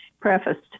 prefaced